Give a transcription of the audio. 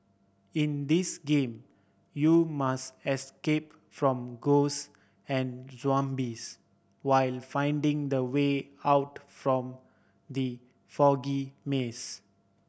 in this game you must escape from ghost and zombies while finding the way out from the foggy maze